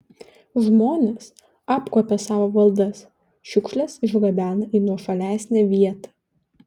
žmonės apkuopę savo valdas šiukšles išgabena į nuošalesnę vietą